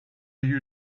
you